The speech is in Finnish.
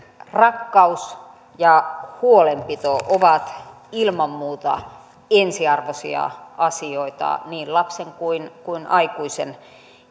rakkaus ja huolenpito ovat ilman muuta ensiarvoisia asioita niin lapsen kuin kuin aikuisen